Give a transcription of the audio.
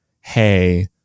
hey